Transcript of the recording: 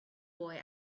boy